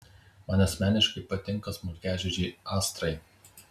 man asmeniškai patinka smulkiažiedžiai astrai